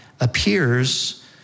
appears